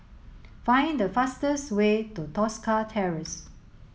find the fastest way to Tosca Terrace